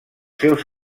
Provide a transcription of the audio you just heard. seus